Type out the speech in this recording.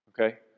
Okay